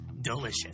delicious